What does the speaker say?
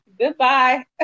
Goodbye